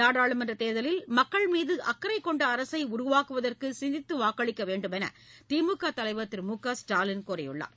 நாடாளுமன்ற தேர்தலில் மக்கள் மீது அக்கரை கொண்ட அரசை உருவாக்குவதற்கு சிந்தித்து வாக்களிக்க வேண்டுமென்று திமுக தலைவர் திரு மு க ஸ்டாலின் கூறியுள்ளார்